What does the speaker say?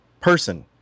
person